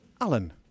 Alan